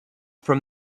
from